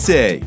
Say